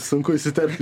sunku įsiterpti